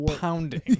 pounding